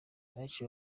abenshi